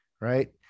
Right